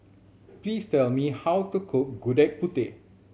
please tell me how to cook Gudeg Putih